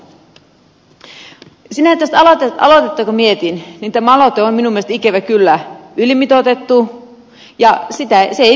sinänsä tätä aloitetta kun mietin niin tämä aloite on minun mielestäni ikävä kyllä ylimitoitettu ja se ei pysty toimimaan